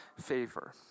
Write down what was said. favor